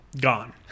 gone